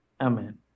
Amen